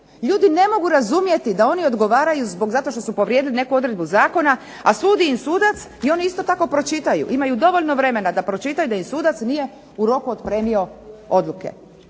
Ljudi ne mogu razumjeti da oni odgovaraju zato što su povrijedili neku odredbu zakona, a sudi im sudac i oni isto tako pročitaju. Imaju dovoljno vremena da pročitaju, da im sudac nije u roku otpremio odluke.